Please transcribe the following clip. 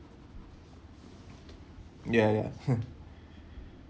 ya ya